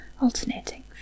alternating